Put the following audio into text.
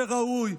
זה ראוי.